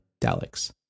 Daleks